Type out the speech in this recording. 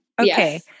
Okay